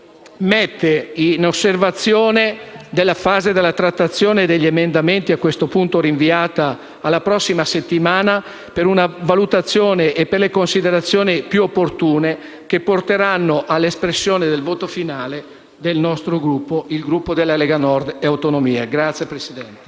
mette in osservazione della fase della trattazione degli emendamenti, a questo punto rinviata alla prossima settimana, per una valutazione e per le considerazioni più opportune che porteranno all’espressione del voto finale del nostro Gruppo. (Applausi dal Gruppo LN-Aut.